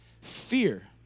Fear